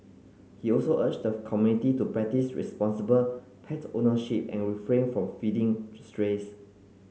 he also urged the community to practise responsible pet ownership and refrain from feeding strays